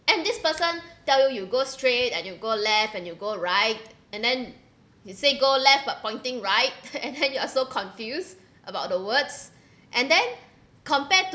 and this person tell you you go straight and you go left and you go right and then you say go left but pointing right and then you are so confused about the words and then compared to